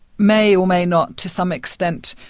may or may not, to some extent,